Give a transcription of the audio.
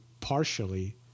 partially